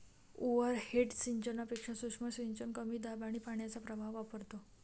overhead सिंचनापेक्षा सूक्ष्म सिंचन कमी दाब आणि पाण्याचा प्रवाह वापरतो